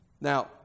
Now